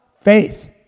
Faith